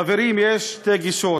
חברים, יש שתי גישות: